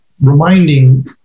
reminding